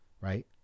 right